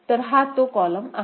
तर हा तो कॉलम आहे